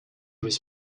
was